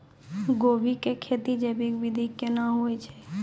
गोभी की खेती जैविक विधि केना हुए छ?